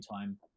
time